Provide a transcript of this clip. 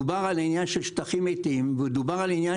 דובר על עניין של שטחים מתים ודובר על עניין